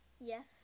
yes